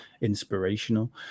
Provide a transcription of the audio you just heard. inspirational